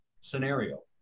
scenario